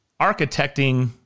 architecting